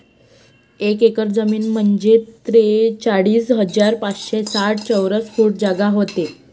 एक एकर जमीन म्हंजे त्रेचाळीस हजार पाचशे साठ चौरस फूट जागा व्हते